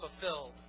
fulfilled